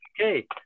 Okay